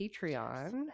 Patreon